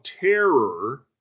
terror